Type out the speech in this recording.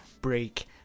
Break